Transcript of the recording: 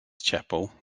chapel